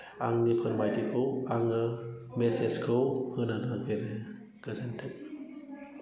आंनि फोरमायथिखौ आङो मेसेजखौ होनो नागिरो गोजोनथों